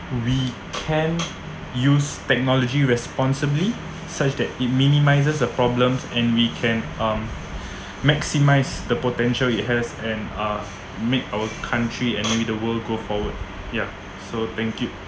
we can use technology responsibly such that it minimises the problems and we can um maximise the potential it has and uh make our country and maybe the world go forward ya so thank you